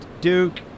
Duke